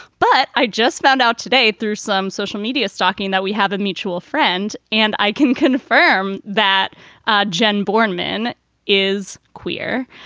but i just found out today through some social media stalking that we have a mutual friend. and i can confirm that ah jen bornemann is queer.